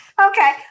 Okay